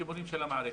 כמו מורים של המערכת.